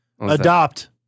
Adopt